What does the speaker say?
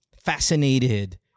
fascinated